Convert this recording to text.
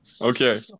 okay